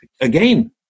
again